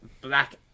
black